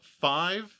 five